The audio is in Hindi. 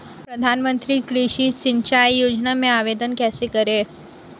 प्रधानमंत्री कृषि सिंचाई योजना में आवेदन कैसे करें?